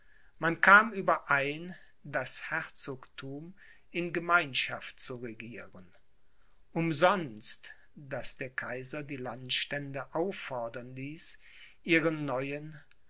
man kam überein das herzogthum in gemeinschaft zu regieren umsonst daß der kaiser die landstände auffordern ließ ihren neuen